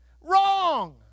wrong